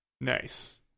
Nice